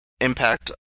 impact